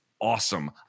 awesome